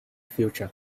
future